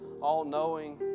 all-knowing